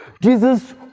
Jesus